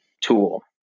tool